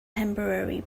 temporary